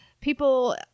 People